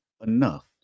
enough